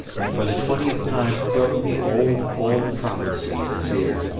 and for the twentieth time croaked the old, old prophecy in his ear.